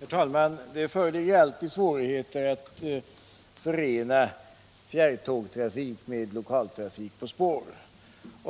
Herr talman! Det föreligger alltid svårigheter att förena fjärrtågtrafik med lokaltrafik på spår.